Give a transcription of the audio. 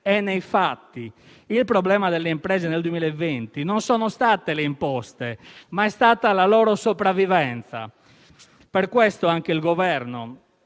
è nei fatti. Il problema delle imprese nel 2020 non sono state le imposte, ma la sopravvivenza. Per questo, anche il Governo